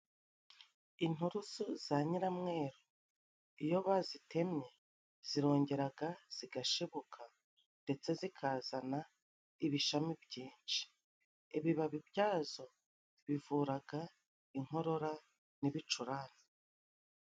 Inturusu za nyiramweru iyo bazitemye zirongeraga zigashibuka, ndetse zikazana ibishami byinshi. Ibibabi byazo bivuraga inkorora n'ibicurane.